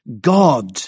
God